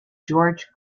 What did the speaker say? george